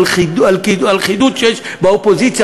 הלכידות שיש באופוזיציה,